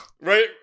Right